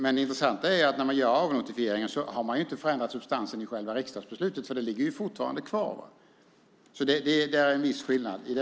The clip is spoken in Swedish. Men det intressanta är att när man gör avnotifieringen har man inte förändrat substansen i själva riksdagsbeslutet. Det ligger fortfarande kvar. I den delen finns en viss skillnad.